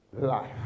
life